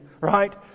right